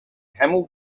camel